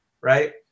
right